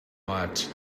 hot